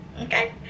Okay